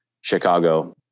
Chicago